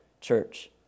church